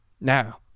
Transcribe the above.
now